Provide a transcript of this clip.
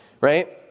Right